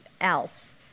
else